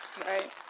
Right